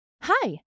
Hi